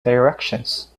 directions